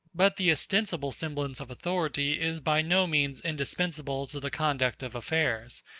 but the ostensible semblance of authority is by no means indispensable to the conduct of affairs,